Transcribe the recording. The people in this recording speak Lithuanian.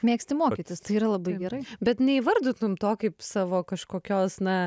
mėgsti mokytis tai yra labai gerai bet neįvardytum to kaip savo kažkokios na